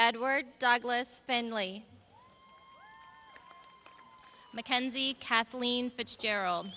edward douglas finley mackenzie kathleen fitzgerald